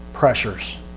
pressures